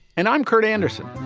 and i'm kurt anderson.